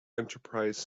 enterprise